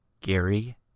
Gary